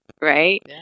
right